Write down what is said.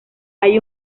hay